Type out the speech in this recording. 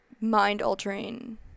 mind-altering